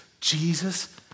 Jesus